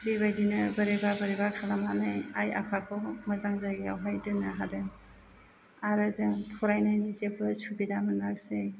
बेबायदिनो बोरैबा बोरैबा खालामनानै आइ आफाखौ मोजां जायगायावहाय दोननो हादों आरो जों फरायनायनि जेब्बो सुबिदा मोनासै